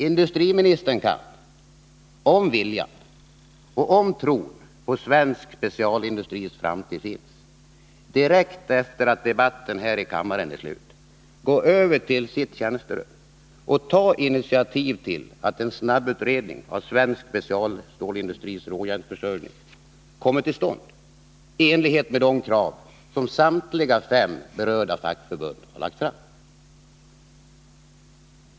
Industriministern kan, om viljan och tron på svensk specialstålsindustris framtid finns, direkt efter att debatten här i kammaren är slut, gå över till sitt tjänsterum och ta initiativ till att en snabbutredning av svensk specialstålsindustris råjärnsförsörjning kommer till stånd, i enlighet med de krav som samtliga fem berörda fackförbund lagt fram.